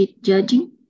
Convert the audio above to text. judging